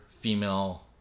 female